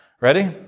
Ready